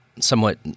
somewhat